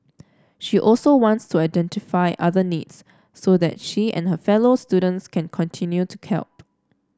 she also wants to identify other needs so that she and her fellow students can continue to help